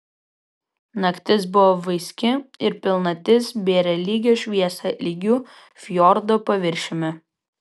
naktis buvo vaiski ir pilnatis bėrė lygią šviesą lygiu fjordo paviršiumi